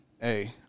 Hey